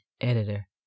editor